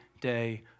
day